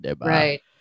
right